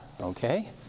okay